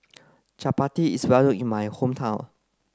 chapati is well known in my hometown